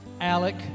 Alec